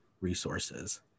resources